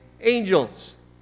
angels